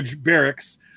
Barracks